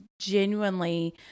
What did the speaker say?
genuinely